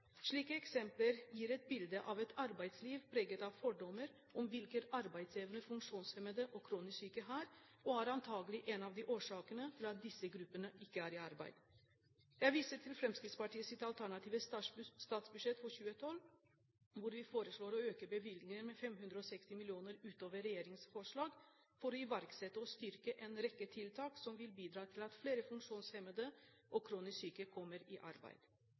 Slike eksempler gir et bilde av et arbeidsliv preget av fordommer om hvilken arbeidsevne funksjonshemmede og kronisk syke har, og er antakelig en av årsakene til at disse gruppene ikke er i arbeid. Jeg viser til Fremskrittspartiets alternative statsbudsjett for 2012, hvor vi foreslår å øke bevilgningen med 560 mill. kr utover regjeringens forslag, for å iverksette og styrke en rekke tiltak som vil bidra til at flere funksjonshemmede og kronisk syke kommer i arbeid.